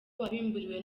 wabimburiwe